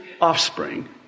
offspring